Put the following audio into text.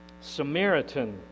Samaritan